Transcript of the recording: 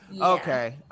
Okay